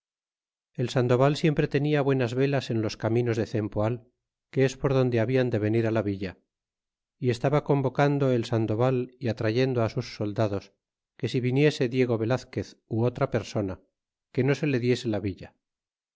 el sandoval siempre tenia buenas velas en los caminos de cempoal que es por donde habian de venir la villa y estaba convocando el sandoval y atrayendo sus soldados que si viniese diego velazquez ó otra persona que no se le diese la villa